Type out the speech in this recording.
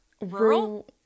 Rural